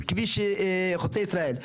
"כביש חוצה ישראל",